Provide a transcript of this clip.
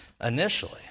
initially